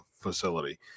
facility